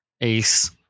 Ace